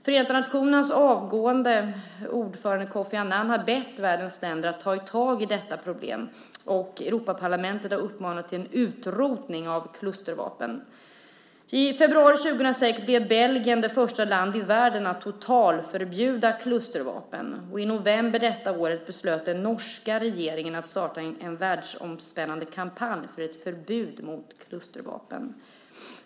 Förenta nationernas avgående ordförande Kofi Annan har bett världens länder att ta tag i detta problem, och Europaparlamentet har uppmanat till utrotning av klustervapen. I februari 2006 blev Belgien det första land i världen att totalförbjuda klustervapen, och i november detta år beslöt den norska regeringen att starta en världsomspännande kampanj för ett förbud mot klustervapen.